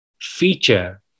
feature